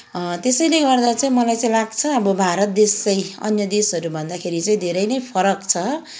त्यसैले गर्दा चाहिँ मलाई चाहिँ लाग्छ अब भारत देश चाहिँ अन्य देशहरू भन्दाखेरि चाहिँ धेरै नै फरक छ